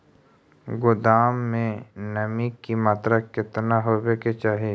गोदाम मे नमी की मात्रा कितना होबे के चाही?